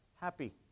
happy